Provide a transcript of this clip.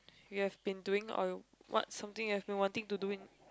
you have been doing or what something you have been wanting to do in